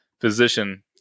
physician